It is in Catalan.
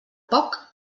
poc